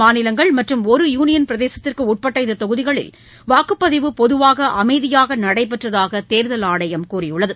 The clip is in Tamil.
மாநிலங்கள் மற்றும் ஒரு யூளியள் பிரதேசத்திற்கு உட்பட இந்த தொகுதிகளில் வாக்குப்பதிவு பொதுவாக அமைதியாக நடைபெற்றதாக தேர்தல் ஆணையம் கூறியுள்ளது